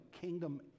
kingdom